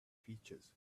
features